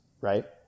right